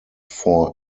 four